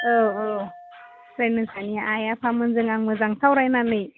औ औ बे नोंस्रानि आइ आफामोनजों आं मोजाङै सावरायनानै